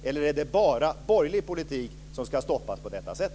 Eller är det bara borgerlig politik som ska stoppas på detta sätt?